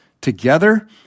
together